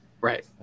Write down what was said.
Right